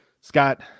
Scott